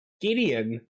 Gideon